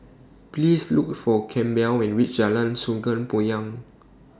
Please Look For Campbell when YOU REACH Jalan Sungei Poyan